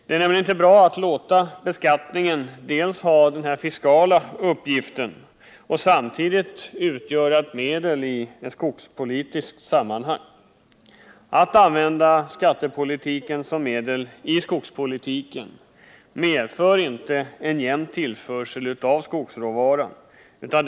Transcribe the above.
Det är nämligen inte bra att låta beskattningen ha en fiskal uppgift och samtidigt låta den utgöra ett medel i ett skogspolitiskt sammanhang. Användandet av skattepolitiken som medel i skogspolitiken medför en ojämn tillförsel av skogsråvaran.